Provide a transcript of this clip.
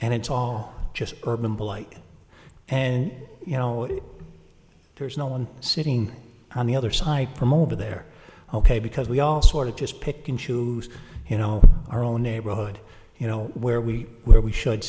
and it's all just urban blight and you know it there's no one sitting on the other side from over there ok because we all sort of just pick and choose you know our own neighborhood you know where we where we should